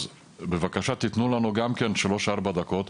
אז בבקשה תנו לנו גם שלוש-ארבע דקות,